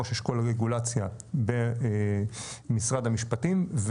ראש אשכול רגולציה במשרד המשפטים,